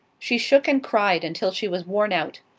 she shook and cried until she was worn out.